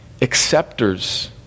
acceptors